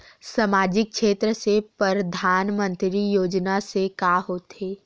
सामजिक क्षेत्र से परधानमंतरी योजना से का होथे?